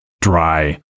dry